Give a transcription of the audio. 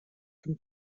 zum